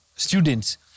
Students